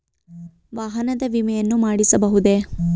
ವಾಹನದ ವಿಮೆಯನ್ನು ಮಾಡಿಸಬಹುದೇ?